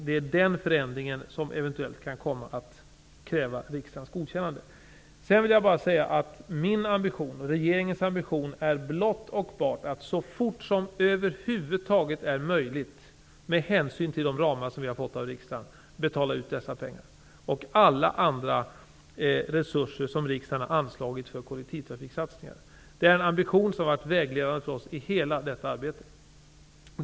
Det är den förändringen som eventuellt kan komma att kräva riksdagens godkännande. Min och regeringens ambition är att så fort som det över huvud taget är möjligt, med hänsyn till de ramar som vi har fått av riksdagen, betala ut dessa och alla andra medel som riksdagen anslagit för kollektivtrafiksatsningar. Den ambitionen har varit vägledande för oss i hela detta arbete.